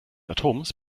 atoms